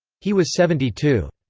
he was seventy two.